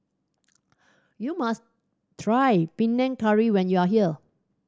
you must try Panang Curry when you are here